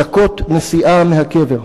דקות נסיעה מהקבר.